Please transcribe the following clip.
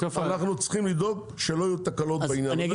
אנחנו צריכים לדאוג שלא יהיו תקלות בעניין הזה.